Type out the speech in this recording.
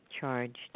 charged